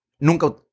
nunca